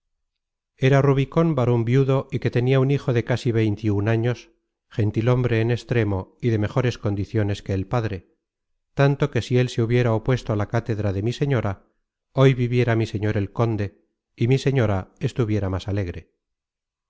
era rubicón varon viudo y que tenia un hijo de casi veinte y un años gentil hombre en extremo y de mejores condiciones que el padre tanto que si él se hubiera opuesto á la cátedra de mi señora hoy viviera mi señor el conde y mi señora estuviera más alegre